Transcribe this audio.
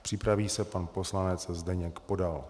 Připraví se pan poslanec Zdeněk Podal.